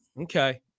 Okay